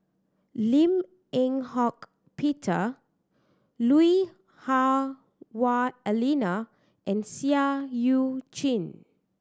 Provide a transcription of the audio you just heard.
Lim Eng Hock Peter Lui Hah Wah Elena and Seah Eu Chin